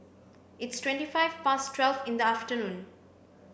its twenty five past twelve in the afternoon